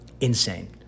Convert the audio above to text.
insane